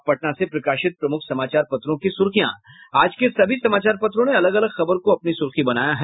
अब पटना से प्रकाशित प्रमुख समाचार पत्रों की सुर्खियां आज के सभी समाचार पत्रों ने अलग अलग खबर को अपनी सुर्खी बनायी है